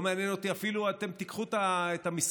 לא מעניין אותי אפילו שתיקחו את המשרדים.